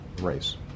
race